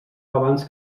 abans